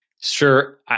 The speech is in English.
Sure